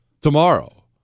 Tomorrow